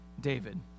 David